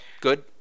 good